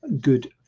good